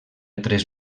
tres